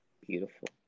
Beautiful